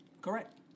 Correct